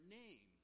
name